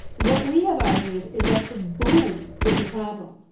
what we have argued is that the boom is the problem,